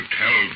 tell